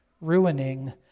ruining